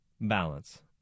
Balance